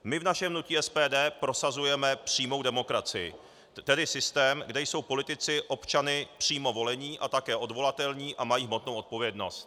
My v našem hnutí SPD prosazujeme přímou demokracii, tedy systém, kde jsou politici občany přímo volení a také odvolatelní a mají hmotnou odpovědnost.